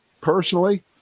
personally